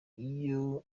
iyo